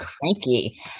cranky